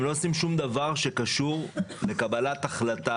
הם לא עושים שום דבר שקשור לקבלת החלטה,